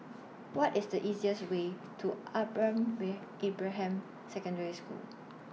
What IS The easiest Way to Ibrahim Secondary School